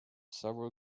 several